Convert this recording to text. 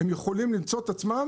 הם יכולים למצוא את עצמם